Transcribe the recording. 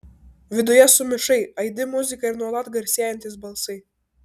viduje sumišai aidi muzika ir nuolat garsėjantys balsai